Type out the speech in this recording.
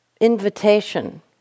invitation